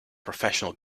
professional